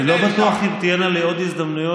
אני לא בטוח אם תהיינה לי עוד הזדמנויות